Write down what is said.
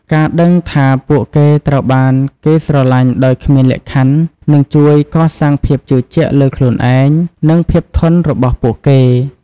ការដឹងថាពួកគេត្រូវបានគេស្រឡាញ់ដោយគ្មានលក្ខខណ្ឌ នឹងជួយកសាងភាពជឿជាក់លើខ្លួនឯង និងភាពធន់របស់ពួកគេ។